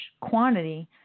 quantity